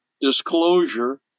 disclosure